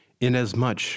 Inasmuch